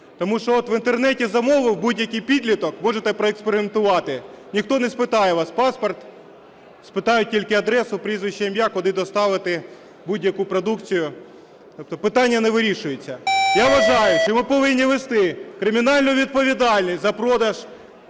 Тому що от в Інтернеті замовив будь-який підліток, можете проекспериментувати, ніхто не спитає вас паспорт, спитають тільки адресу, прізвище, ім'я, куди доставити будь-яку продукцію. Тобто питання не вирішується. Я вважаю, що ми повинні ввести кримінальну відповідальність за продаж